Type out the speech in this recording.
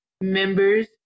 members